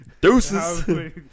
Deuces